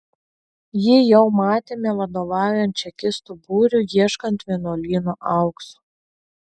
jį jau matėme vadovaujant čekistų būriui ieškant vienuolyno aukso